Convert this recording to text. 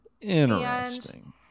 interesting